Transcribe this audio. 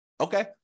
Okay